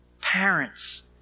Parents